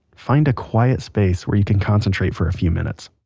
find a quiet space where you can concentrate for a few minutes.